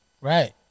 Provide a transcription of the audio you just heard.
Right